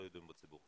לא ידועים בציבור,